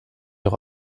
auch